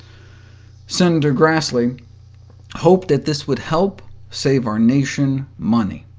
senator grassley hoped that this would help save our nation money.